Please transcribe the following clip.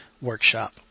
workshop